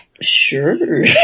sure